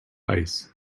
ice